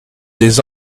des